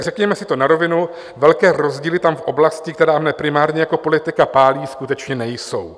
Řekněme si to na rovinu, velké rozdíly tam v oblasti, která mě primárně jako politika pálí, skutečně nejsou.